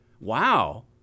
Wow